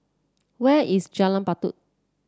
where is Jalan Batu